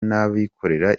n’abikorera